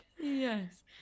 Yes